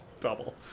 Double